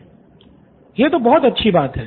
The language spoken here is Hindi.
स्टूडेंट 1 यह तो बहुत अच्छी बात है